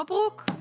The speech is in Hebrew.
מברוכ,